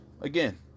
again